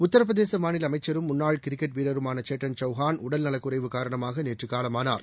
உத்தரபிரதேசமாநிலஅமைச்சரும் முன்னாள் கிரிக்கெட் வீரருமானசேட்டன் சௌஹான் உடல்நலக் குறைவு காரணமாகநேற்றுகாலமானார்